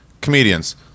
comedians